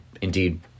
indeed